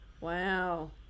Wow